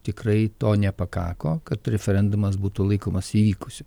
tikrai to nepakako kad referendumas būtų laikomas įvykusiu